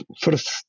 first